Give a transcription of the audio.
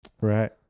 Right